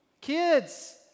Kids